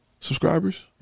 subscribers